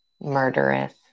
murderous